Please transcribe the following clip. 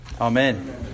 Amen